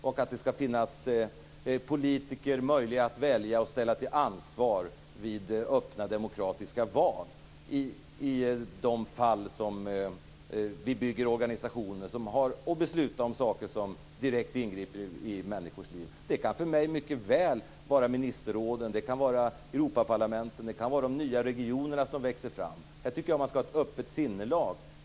Det skall också finnas möjligheter att välja politiker, att ställas till ansvar vid öppna demokratiska val i de fall vi bygger organisationer och beslutar om saker som direkt ingriper i människors liv. Det kan för mig mycket väl vara ministerråd, Europaparlament eller de nya regioner som växer fram. Här tycker jag att man skall ha ett öppet sinnelag.